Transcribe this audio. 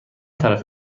طرف